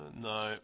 No